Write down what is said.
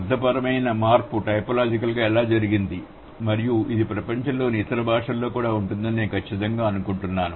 అర్థపరమైన మార్పు టైపోలాజికల్గా ఎలా జరిగింది మరియు ఇది ప్రపంచంలోని ఇతర భాషలలో కూడా ఉంటుందని నేను ఖచ్చితంగా అనుకుంటున్నాను